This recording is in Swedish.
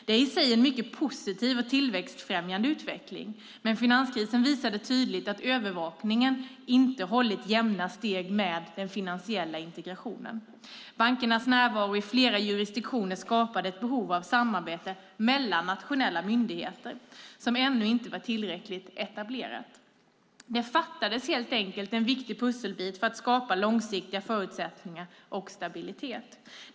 Det är i sig en mycket positiv och tillväxtfrämjande utveckling, men finanskrisen visade tydligt att övervakningen inte hade hållit jämna steg med den finansiella integrationen. Bankernas närvaro i flera jurisdiktioner skapade ett behov av ett samarbete mellan nationella myndigheter som ännu inte var tillräckligt etablerat. Det fattades helt enkelt en viktig pusselbit för att skapa långsiktiga förutsättningar och stabilitet.